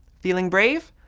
feeling brave?